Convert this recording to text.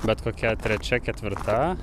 bet kokia trečia ketvirta